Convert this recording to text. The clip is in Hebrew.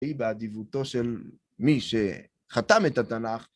‫היא באדיבותו של מי שחתם את התנ״ך.